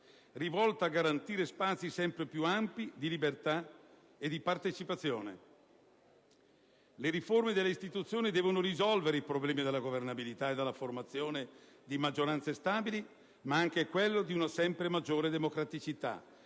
rivolta a garantire spazi sempre più ampi di libertà e di partecipazione. Le riforme delle istituzioni devono risolvere i problemi della governabilità e della formazione di maggioranze stabili, ma anche quello di una sempre maggiore democraticità,